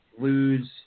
lose